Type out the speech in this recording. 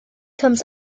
comes